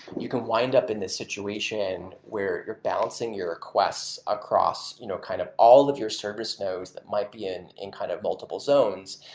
you can wind up in the situation where you're balancing your request across you know kind of all of your service nodes that might be in in kind of multiple zones,